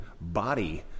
body